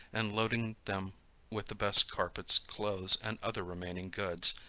and loading them with the best carpets, clothes, and other remaining goods,